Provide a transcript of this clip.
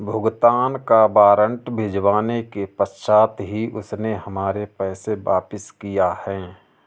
भुगतान का वारंट भिजवाने के पश्चात ही उसने हमारे पैसे वापिस किया हैं